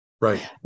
Right